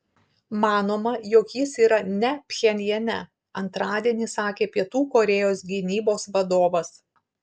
manoma jog jis yra ne pchenjane antradienį sakė pietų korėjos gynybos vadovas